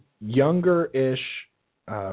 younger-ish